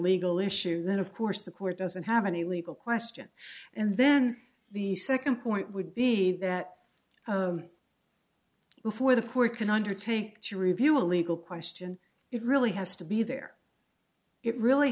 legal issue then of course the court doesn't have any legal question and then the second point would be that before the court can undertake to review a legal question it really has to be there it really